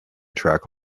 track